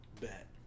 bet